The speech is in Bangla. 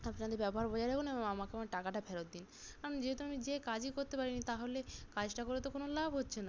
আপনাদের ব্যবহার বজায় রাখুন এবং আমাকে আমার টাকাটা ফেরত দিন আমি যেহেতু যেয়ে কাজই করতে পারি নি তাহলে কাজটা করে তো কোনো লাভ হচ্ছে না